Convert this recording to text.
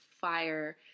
fire